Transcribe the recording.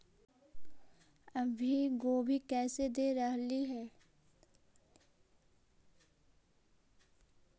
अभी गोभी कैसे दे रहलई हे?